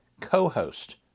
co-host